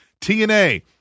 TNA